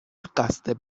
قصد